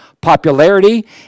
popularity